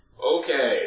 Okay